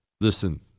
listen